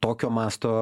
tokio masto